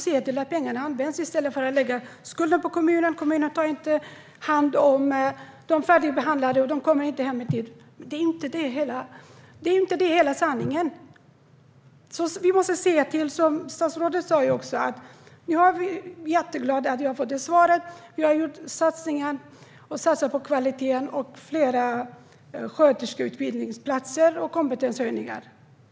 Se till att de används i stället för att lägga skulden på kommunen, på att de inte tar hand om de färdigbehandlade så att de inte kommer hem i tid. Det är inte hela sanningen. Jag är jätteglad för det svar vi har fått från statsrådet. Vi har gjort satsningar på kvaliteten, på fler utbildningsplatser för sjuksköterskor och på kompetenshöjningar.